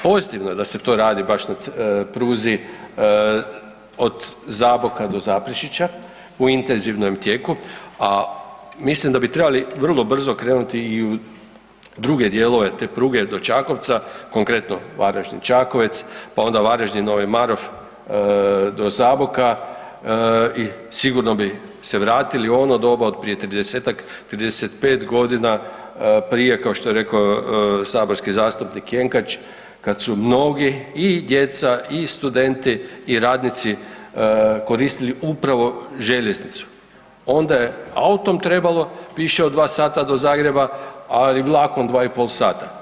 Pozitivno je da se to radi baš na pruzi od Zaboka do Zaprešića u intenzivnom tijeku, a mislim da bi trebali vrlo brzo krenuti i u druge dijelove te pruge do Čakovca, konkretno Varaždin-Čakovec, pa onda Varaždin-Novi Marof do Zaboka i sigurno bi se vratili u ono doba od prije 30-tak, 35.g., prije kao što je rekao saborski zastupnik Jenkač kad su mnogi i djeca i studenti i radnici koristili upravo željeznicu, onda je autom trebalo više od 2 sata do Zagreba, ali vlakom 2,5 sata.